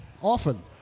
often